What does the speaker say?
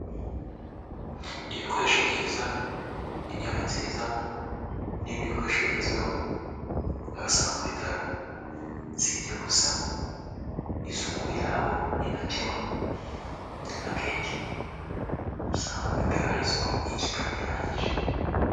Ibikoresho byiza, intebe nziza n'ibindi bikoresho bigezweho wabisanga ku bitaro, sibyo gusa isuku yaho ni ntakemwa, akenshi usanga mu bitaro hari isuku nyinshi kandi ihagije.